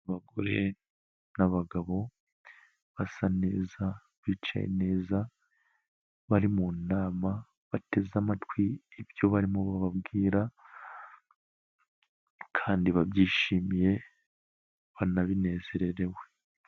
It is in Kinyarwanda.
Abagore n'abagabo basa neza bicaye neza, bari mu nama bateze amatwi ibyo barimo bababwira kandi babyishimiye banabinezererewe.